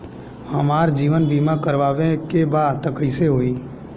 हमार जीवन बीमा करवावे के बा त कैसे होई?